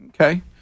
Okay